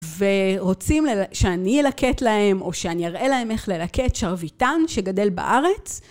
ורוצים שאני אלקט להם או שאני אראה להם איך ללקט שרביטן שגדל בארץ.